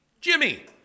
Jimmy